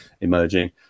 emerging